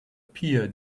pier